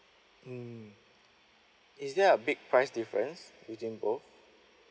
mm is there a big price difference between both